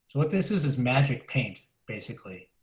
what this is is magic paint. basically,